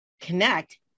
connect